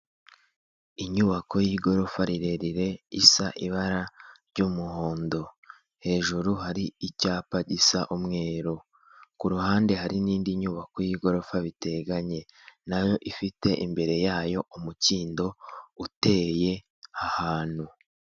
Inyubako y'igorofa rirerire isa ibara ry'umuhondo, hejuru hari icyapa gisa umweru, ku ruhande hari n'indi nyubako y'igorofa biteganye, nayo ifite imbere yayo umukindo uteye ahantu.